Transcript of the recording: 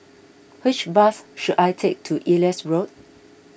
which bus should I take to Elias Road